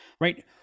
right